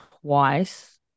twice